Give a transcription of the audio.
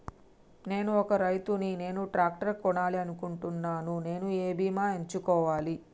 నేను ఒక రైతు ని నేను ట్రాక్టర్ కొనాలి అనుకుంటున్నాను నేను ఏ బీమా ఎంచుకోవాలి?